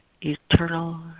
eternal